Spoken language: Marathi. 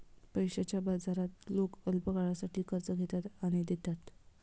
पैशाच्या बाजारात लोक अल्पकाळासाठी कर्ज घेतात आणि देतात